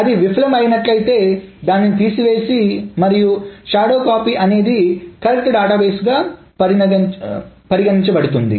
అది విఫలం అయినట్లు అయితే దానిని తీసివేసి మరియు షాడో కాపి అనేది కరెక్ట్ డేటాబేసుగా పరిగణించబడుతుంది